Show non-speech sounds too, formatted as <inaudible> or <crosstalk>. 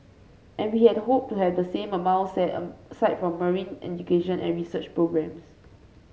and we had hoped to have the same <unintelligible> set <unintelligible> side for marine education and research programmes